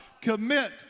commit